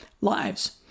lives